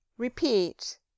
Repeat